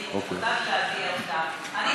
יותר מתאים לוועדת החינוך.